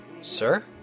Sir